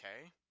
okay